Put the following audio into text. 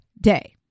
day